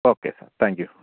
okay sir thank you